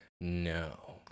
no